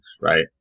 right